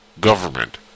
government